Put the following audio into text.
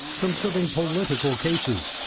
from serving political cases,